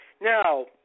Now